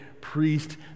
priest